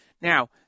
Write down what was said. Now